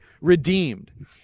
redeemed